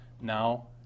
now